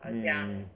mm